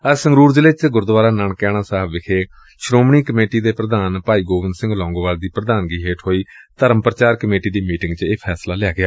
ਅੱਜ ਸੰਗਰੁਰ ਜ਼ਿਲ਼ੇ ਚ ਗੁਰਦੁਆਰਾ ਨਾਨਕਿਆਣਾ ਸਾਹਿਬ ਵਿਖੇ ਸ੍ਹੋਮਣੀ ਕਮੇਟੀ ਦੇ ਪ੍ਰਧਾਨ ਭਾਈ ਗੋਬਿੰਦ ਸਿੰਘ ਲੌਂਗੋਵਾਲ ਦੀ ਪ੍ਰਧਾਨਗੀ ਹੇਠ ਹੋਈ ਧਰਮ ਪ੍ਰਚਾਰ ਕਮੇਟੀ ਦੀ ਮੀਟਿੰਗ ਚ ਇਹ ਫੈਸਲਾ ਲਿਆ ਗਿਆ